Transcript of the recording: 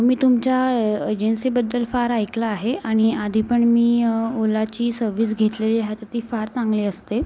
मी तुमच्या एजन्सीबद्दल फार ऐकलं आहे आनि आधीपन मी ओलाची सव्वीस घेतलेली आहे तं ती फार चांगली असते